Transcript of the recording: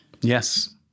Yes